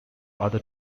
other